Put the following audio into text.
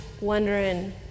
wondering